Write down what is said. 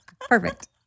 Perfect